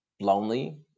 lonely